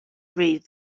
read